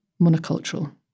monocultural